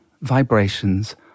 vibrations